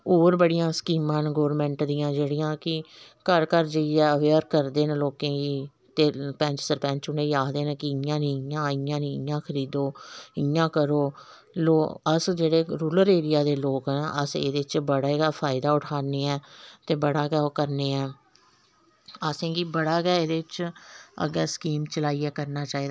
होर बड़ियां स्किमां न गौरमैंट दियां जेह्ड़ियां कि घर घर जाइयै अबेयर करदे न लोकें गी ते पैंच सरपंच उं'नें गी आखदे न कि इ'यां नेईं इ'यां नेईं इ'यां खरीदो इ'यां करो अस जेह्ड़े रुलर ऐरिया दे लोक आं अस एह्दे च बडा गै फैदा उठांने आं ते बड़ा गै करने आं असेंगी बड़ा गै एह्दे च अग्गें स्कीम चलाइयै करना चाहिदा